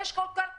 האם האנשים כל כך